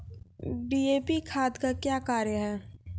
DAP खाद का क्या कार्य हैं?